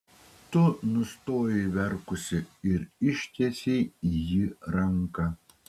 tu nustojai verkusi ir ištiesei į jį ranką